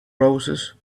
roses